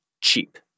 cheap